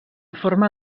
forma